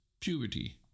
Puberty